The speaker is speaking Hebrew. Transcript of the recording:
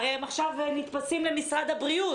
והרי הם עכשיו נתפסים למשרד הבריאות.